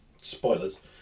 Spoilers